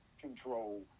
control